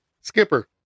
Skipper